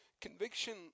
conviction